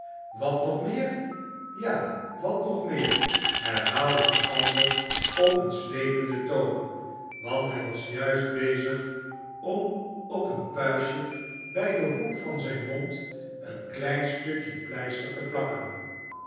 wat nog meer ja wat nog meer herhaalde de ander op een slependen toon want hij was juist bezig om op een puistje bij den hoek van zijn mond een klein stukje pleister te plakken